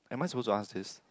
am I supposed to ask this